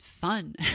fun